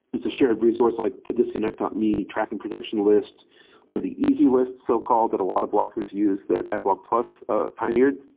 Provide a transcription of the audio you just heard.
it's a shared resource like the disconnect me tracking protection list or the easylist so-called that a lot of blockers use that adblock plus ah pioneered.